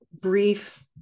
brief